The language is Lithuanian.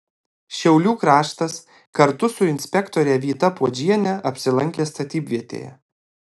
šiaulių kraštas kartu su inspektore vyta puodžiene apsilankė statybvietėje